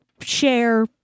share